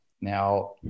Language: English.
Now